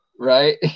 right